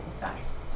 Nice